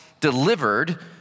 delivered